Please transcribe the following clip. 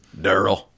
daryl